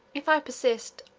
if i persist,